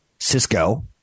Cisco